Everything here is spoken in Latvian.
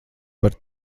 par